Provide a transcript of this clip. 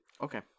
Okay